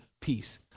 peace